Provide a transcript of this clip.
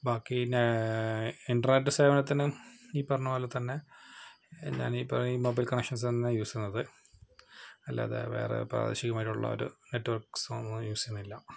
ബാക്കി ഇൻ്റർനെറ്റ് സേവനത്തിനും ഈ പറഞ്ഞതു പോലെത്തന്നെ ഈ മൊബൈൽ കണക്ഷൻസ് തന്നെയാണ് യൂസ് ചെയ്യുന്നത് അല്ലാതെ വേറെ പ്രാദേശികമായിട്ടുള്ള ഒരു നെറ്റ് വർക്ക്സും യൂസ് ചെയ്യുന്നില്ല